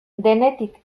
denetik